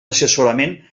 assessorament